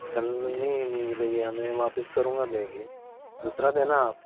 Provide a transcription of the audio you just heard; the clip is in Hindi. नहीं नहीं भैया मैं वापिस करूँगा बैग यह दूसरा देना आप